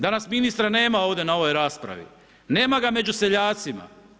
Danas ministra nema ovdje na ovoj raspravi, nema ga među seljacima.